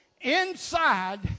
Inside